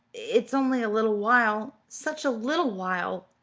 it's only a little while such a little while!